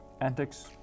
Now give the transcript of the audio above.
antics